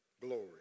glory